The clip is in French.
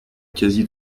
quasi